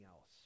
else